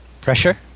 Pressure